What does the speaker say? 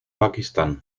pakistán